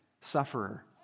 sufferer